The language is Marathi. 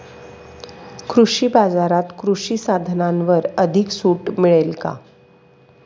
कृषी बाजारात कृषी साधनांवर अधिक सूट मिळेल का?